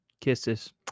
Kisses